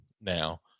Now